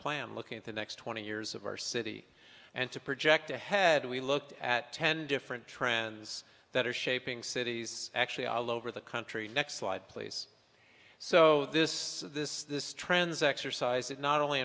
plan looking at the next twenty years of our city and to project ahead we looked at ten different trends that are shaping cities actually all over the country next slide please so this this this trends exercise that not only